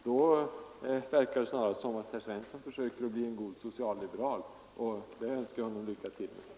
Det verkar då snarare som om herr Svensson försöker bli en god socialliberal, vilket jag önskar honom lycka till med.